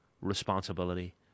responsibility